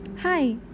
Hi